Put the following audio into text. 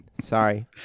Sorry